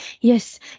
Yes